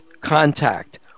contact